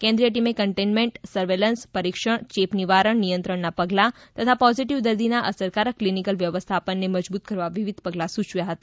કેન્દ્રિય ટીમે containment surveillance પરીક્ષણ ચેપ નિવારણ નિયંત્રણના પગલા તથા પોઝીટીવ દર્દીના અસરકારક ક્લીનીકલ વ્યવસ્થાપનને મજબૂત કરવા વિવિધ પગલા સૂચવ્યા હતા